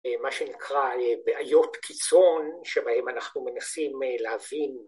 ‫מה שנקרא בעיות קיצון ‫שבהן אנחנו מנסים להבין.